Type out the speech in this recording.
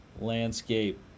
landscape